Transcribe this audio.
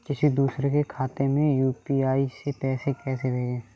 किसी दूसरे के खाते में यू.पी.आई से पैसा कैसे भेजें?